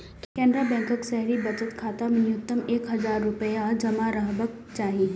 केनरा बैंकक शहरी बचत खाता मे न्यूनतम एक हजार रुपैया जमा रहबाक चाही